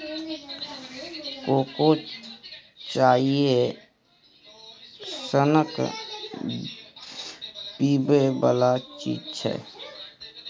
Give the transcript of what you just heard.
cocoa चाइए सनक पीबै बला चीज छै